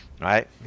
right